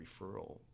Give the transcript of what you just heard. referral